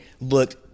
looked